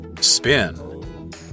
spin